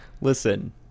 Listen